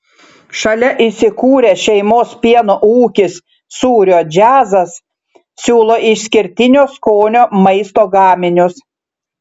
šalia įsikūrę šeimos pieno ūkis sūrio džiazas siūlo išskirtinio skonio maisto gaminius